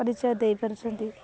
ପରିଚୟ ଦେଇପାରୁଛନ୍ତି